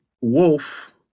Wolf